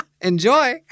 Enjoy